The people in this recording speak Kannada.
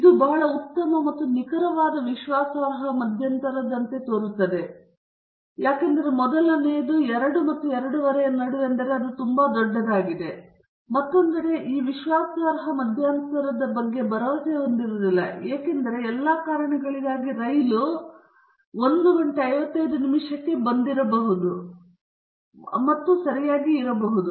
ಇದು ಬಹಳ ಉತ್ತಮ ಮತ್ತು ನಿಖರವಾದ ವಿಶ್ವಾಸಾರ್ಹ ಮಧ್ಯಂತರದಂತೆ ತೋರುತ್ತದೆ ಏಕೆಂದರೆ ಅದು ತುಂಬಾ ದೊಡ್ಡದಾಗಿದೆ ಆದರೆ ಮತ್ತೊಂದೆಡೆ ನಾವು ಈ ವಿಶ್ವಾಸಾರ್ಹ ಮಧ್ಯಂತರದ ಬಗ್ಗೆ ಭರವಸೆ ಹೊಂದಿಲ್ಲ ಏಕೆಂದರೆ ಎಲ್ಲ ಕಾರಣಗಳಿಗಾಗಿ ರೈಲು 155 ಕ್ಕೆ ಬಂದಿರಬಹುದು ಮತ್ತು ಸರಿಯಾಗಿಯೇ ಉಳಿದಿದೆ